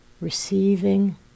receiving